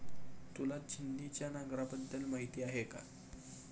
तुला छिन्नीच्या नांगराबद्दल माहिती आहे का?